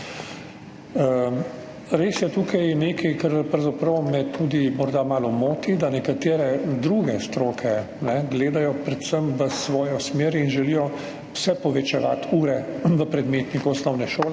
Res je tukaj nekaj, kar me pravzaprav morda tudi malo moti, da nekatere druge stroke gledajo predvsem v svojo smer in želijo vse povečevati ure v predmetniku osnovne šole.